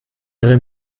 ihre